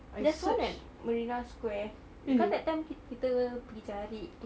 there's one at marina square kan that time kit~ kita pergi cari